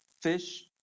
fish